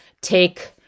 take